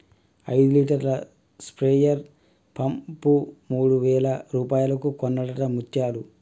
ఐదు లీటర్ల sprayer pump మూడు వేల రూపాయలకు కొన్నడట ముత్యాలు